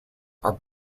are